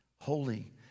holy